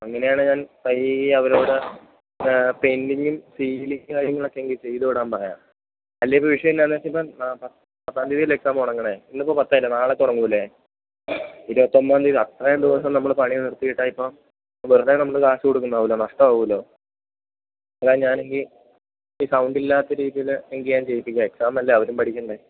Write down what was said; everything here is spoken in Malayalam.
അങ്ങനെയാണേൽ ഞാൻ പയ്യെ അവരോട് പെയിൻ്റിങ്ങും സീലിങ്ങ് കാര്യങ്ങളൊക്കെ എങ്കിൽ ചെയ്തുവിടാൻ പറയാം അല്ലെങ്കിൽ ഇപ്പം വിഷയം എന്നാ എന്ന് വെച്ചാൽ ഇപ്പം പത്താം തീയതിയല്ലേ എക്സാം തുടങ്ങുന്നത് ഇന്നിപ്പം പത്തല്ലെ നാളെ തുടങ്ങില്ലേ ഇരുപത്തൊമ്പതാം തീയതി അത്രയും ദിവസം നമ്മൾ പണി നിർത്തിയിട്ടാൽ ഇപ്പോൾ വെറുതെ നമ്മൾ കാശ് കൊടുക്കുന്നാവൂല്ലേ നഷ്ടമാവുമല്ലോ എന്നാൽ ഞാനെങ്കിൽ ഒരു സൗണ്ട് ഇല്ലാത്ത രീതിയിൽ എങ്കിൽ ഞാൻ ചെയ്യിപ്പിക്കാം എക്സാമ് അല്ലേ അവരും പഠിക്കേണ്ടേ